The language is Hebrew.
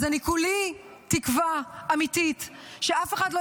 אז אני כולי תקווה אמיתית שאף אחד לא